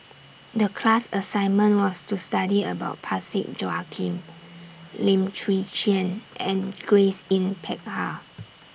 The class assignment was to study about Parsick Joaquim Lim Chwee Chian and Grace Yin Peck Ha